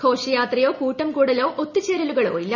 ഘോഷയാത്രയോ കൂട്ടം കൂടലോ ഒത്തുച്ചേര്ലോ ഇല്ല